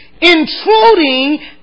Intruding